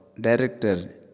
Director